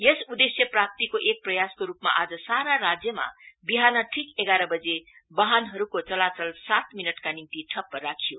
यस उद्देश्य प्राप्तिको एक प्रयासको रूपमा आज सारा राज्यमा बिहान ठीक एघार बजे बाहनहरूको चलाचल सात मिनटका निम्ति ठप्प राखियो